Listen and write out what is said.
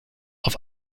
auf